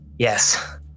Yes